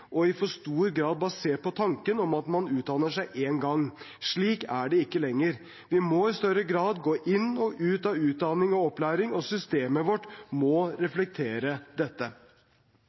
og i for stor grad basert på tanken om at man utdanner seg én gang. Slik er det ikke lenger, vi må i større grad gå inn og ut av utdanning og opplæring, og systemet vårt må reflektere dette.